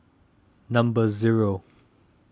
number zero